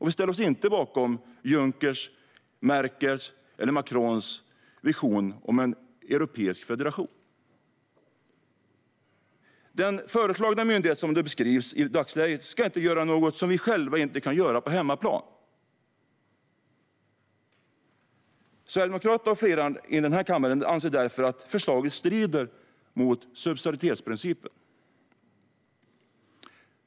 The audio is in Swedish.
Vi ställer oss inte bakom Junckers, Merkels eller Macrons vision om en europeisk federation. Den föreslagna myndigheten, så som den beskrivs i dagsläget, ska inte göra något som vi inte själva kan göra på hemmaplan. Sverigedemokraterna och flera andra i denna kammare anser därför att förslaget strider mot subsidiaritetsprincipen.